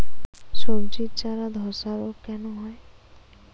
সবজির চারা ধ্বসা রোগ কেন হয়?